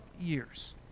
years